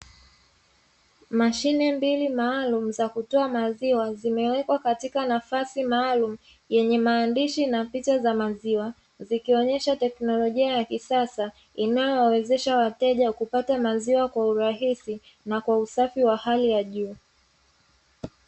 Mashine mbili maalumu za kutoa maziwa zimewekwa katika nafasi maalumu yenye maandishi, zikionyesha teknolojia ya kisasa inayowezesha wateja kupata maziwa kwa urahisi na kwa usafi wa hali ya juu.